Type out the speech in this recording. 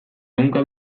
ehunka